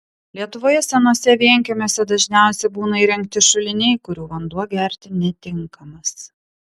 lietuvoje senuose vienkiemiuose dažniausia būna įrengti šuliniai kurių vanduo gerti netinkamas